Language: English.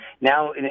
Now